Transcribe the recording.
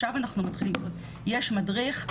יש מדריך,